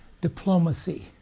diplomacy